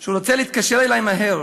שהוא רצה להתקשר אלי מהר",